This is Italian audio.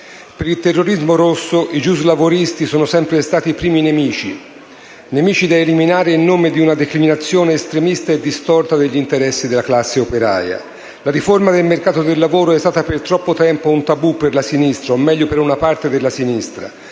Per il terrorismo rosso i giuslavoristi sono sempre stati i primi nemici, nemici da eliminare in nome di una declinazione estremista e distorta degli interessi della classe operaia. La riforma del mercato del lavoro è stata per troppo tempo un tabù per la sinistra, o meglio, per una parte della sinistra,